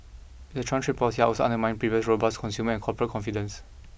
Mister Trump's trade policies are also undermining previously robust consumer and corporate confidence